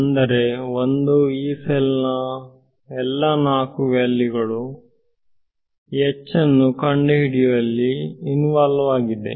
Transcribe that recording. ಅಂದರೆ ಒಂದು Yee cell ನ ಎಲ್ಲಾ 4 ವ್ಯಾಲ್ಯೂಗಳು ಅನ್ನು ಕಂಡು ಕಂಡುಹಿಡಿಯುವಲ್ಲಿ ಇನ್ವಾಲ್ವ್ ಆಗಿದೆ